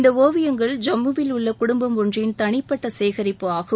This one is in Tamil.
இந்த ஓவியங்கள் ஜம்முவில் உள்ள குடும்பம் ஒன்றின் தளிப்பட்ட சேகரிப்பு ஆகும்